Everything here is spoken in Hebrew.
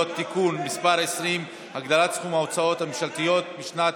(תיקון מס' 20) (הגדלת סכום ההוצאה הממשלתית בשנות